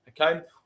okay